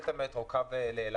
את המטרו כדי שיהיה במקומו קו לאילת.